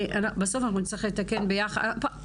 הם צריכים להיות חלק מהדיונים האלה אחרי שיהיה המתווה.